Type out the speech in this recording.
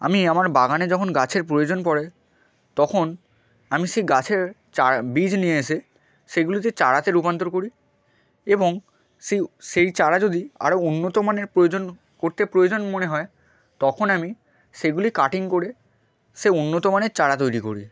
আমি আমার বাগানে যখন গাছের প্রয়োজন পড়ে তখন আমি সে গাছের বীজ নিয়ে এসে সেগুলিকে চারাতে রূপান্তর করি এবং সেই সেই চারা যদি আরও উন্নত মানের প্রয়োজন করতে প্রয়োজন মনে হয় তখন আমি সেগুলি কাটিং করে সে উন্নত মানের চারা তৈরি করি